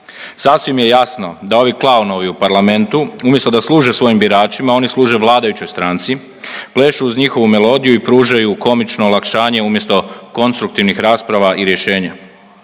Sasvim je jasno da ovi klaunovi u parlamentu umjesto da služe svojim biračima oni služe vladajućoj stranci, plešu uz njihovu melodiju i pružaju komično olakšanje umjesto konstruktivnih rasprava i rješenja.